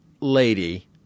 lady